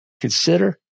consider